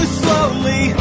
slowly